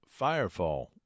Firefall